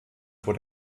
vor